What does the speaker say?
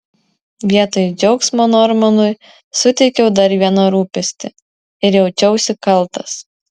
vietoj džiaugsmo normanui suteikiau dar vieną rūpestį ir jaučiausi kaltas